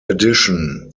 addition